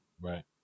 Right